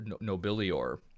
nobilior